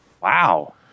Wow